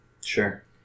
Sure